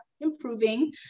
improving